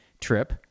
trip